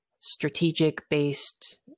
strategic-based